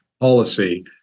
policy